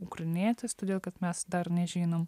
ukrainietis todėl kad mes dar nežinom